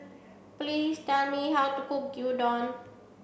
please tell me how to cook Gyudon